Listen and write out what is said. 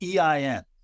EIN